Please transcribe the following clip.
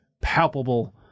Palpable